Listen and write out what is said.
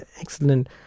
excellent